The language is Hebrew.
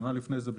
שנה לפני זה,